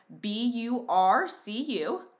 b-u-r-c-u